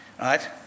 right